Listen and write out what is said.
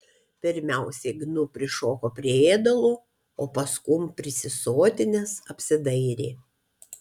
pirmiausiai gnu prišoko prie ėdalo o paskum prisisotinęs apsidairė